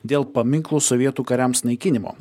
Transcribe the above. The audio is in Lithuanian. dėl paminklų sovietų kariams naikinimo